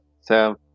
Sam